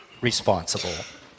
responsible